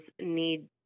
need